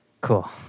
cool